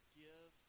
give